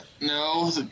no